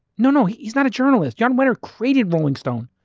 no, no. he's not a journalist. john winter created rolling stone.